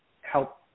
help